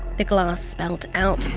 the glass spelt out,